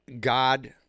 God